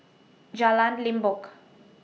Jalan Limbok